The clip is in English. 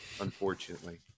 unfortunately